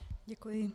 Děkuji.